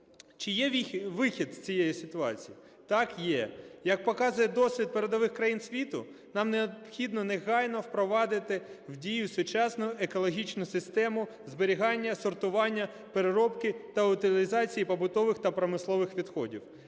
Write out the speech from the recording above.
Чи є вихід з цієї ситуації? Так, є. Як показує досвід передових країн світу, нам необхідно негайно впровадити в дію сучасну екологічну систему зберігання, сортування, переробки та утилізації побутових та промислових відходів.